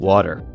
Water